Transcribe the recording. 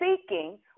seeking